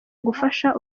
gufasha